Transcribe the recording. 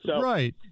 Right